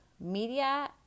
Media